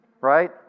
Right